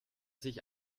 sich